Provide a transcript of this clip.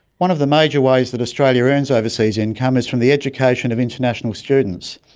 one of the major ways that australia earns overseas income is from the education of international students.